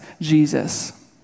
Jesus